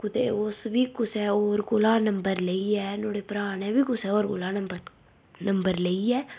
कुतै ओस बी कुसै होर कोला नंबर लेइयै नुआढ़े भ्राऽ ने बी कुसै होर कोला नंबर नंबर लेइयै